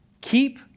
keep